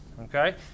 okay